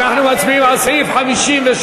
אנחנו מצביעים על סעיף 58,